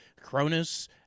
Cronus